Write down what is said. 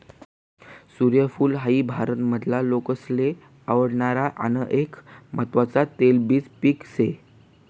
सूर्यफूल हाई भारत मधला लोकेसले आवडणार आन एक महत्वान तेलबिज पिक से